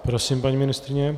Prosím, paní ministryně.